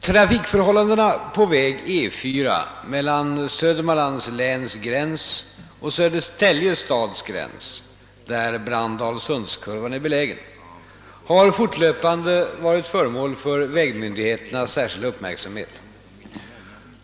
Trafikförhållandena på väg E 4 mellan Södermanlands läns gräns och Södertälje stads gräns, där Brandalsundskurvan är belägen, har fortlöpande varit föremål för vägmyndigheternas särskilda uppmärksamhet.